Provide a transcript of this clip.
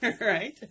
Right